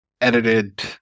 edited